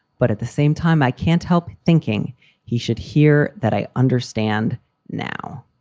but at the same time, i can't help thinking he should hear that. i understand now